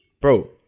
Bro